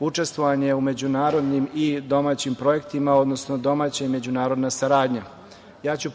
učestvovanje u međunarodnim i domaćim projektima, odnosno domaća i međunarodna saradnja.